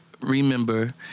remember